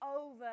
over